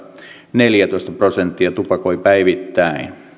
neljätoista prosenttia tupakoi päivittäin